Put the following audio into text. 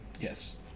Yes